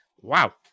Wow